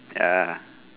ya